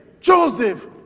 Joseph